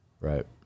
Right